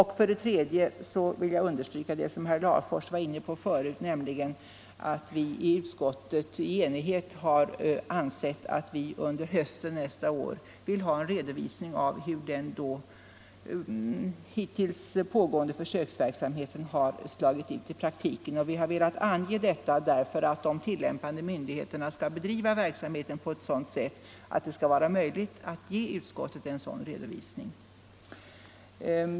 Vidare vill jag understryka det som herr Larfors var inne på, att vi i utskottet i enighet har sagt att vi under hösten nästa år vill ha en redovisning av hur den hittills pågående försöksverksamheten har utfallit. Vi har velat ange detta för att de tillämpande myndigheterna skall bedriva verksamheten på ett sådant sätt att det skall vara möjligt att ge utskottet en sådan redovisning.